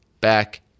back